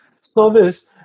service